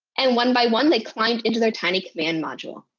and one by one they climbed into their tiny command module.